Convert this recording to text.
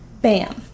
bam